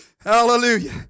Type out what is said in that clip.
Hallelujah